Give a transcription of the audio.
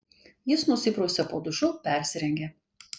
jis nusiprausė po dušu persirengė